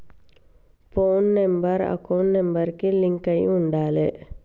పోను number account number కి link అయ్యి ఉండాలే